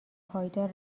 پایدار